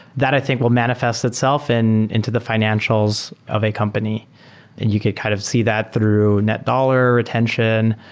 that i think will manifest itself and into the financials of a company and you could kind of see that through net dollar retention,